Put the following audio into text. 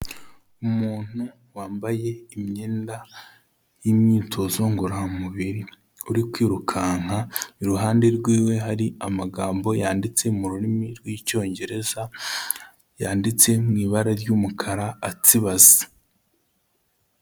Umuntu wambaye imyenda y'imyitozo ngororamubiri uri kwirukanka, iruhande rw'iwe hari amagambo yanditse mu rurimi rw'icyongereza yanditse mu ibara ry'umukara atsibaze.